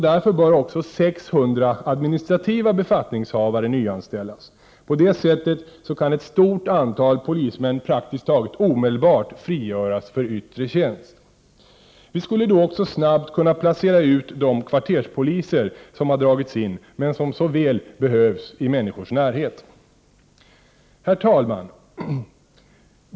Därför bör också 600 administrativa befattningshavare nyanställas. På det sättet kan ett stort antal polismän praktiskt taget omedelbart frigöras för yttre tjänst. Vi skulle då också snabbt kunna placera ut de kvarterspoliser som dragits in, men som så väl behövs i människors närhet. Herr talman!